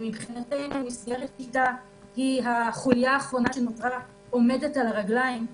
שמבחינתנו מסגרת "שיטה" היא החוליה האחרונה שנותרה עומדת על הרגליים,